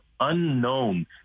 unknown